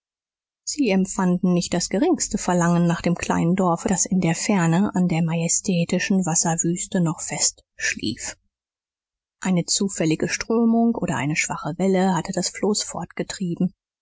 sie empfanden nicht das geringste verlangen nach dem kleinen dorfe das in der ferne an der majestätischen wasserwüste noch fest schlief eine zufällige strömung oder eine schwache welle hatte das floß fortgetrieben